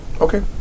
Okay